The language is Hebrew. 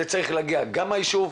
זה צריך להגיע גם מהיישוב,